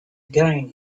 again